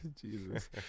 Jesus